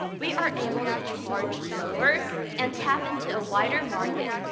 we are able to charge lower and tap into a wider market.